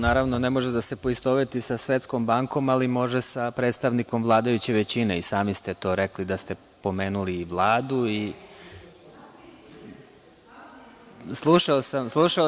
Naravno, ne može da se poistoveti sa Svetskom bankom, ali može sa predstavnikom vladajuće većine, i sami ste to rekli da ste pomenuli i Vladu i… (Vjerica Radeta: Ni ti me ne slušaš.